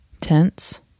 tense